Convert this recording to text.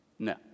No